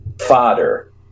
fodder